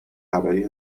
خبری